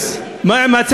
מה עם העובדים,